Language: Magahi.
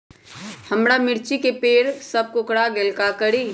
हमारा मिर्ची के पेड़ सब कोकरा गेल का करी?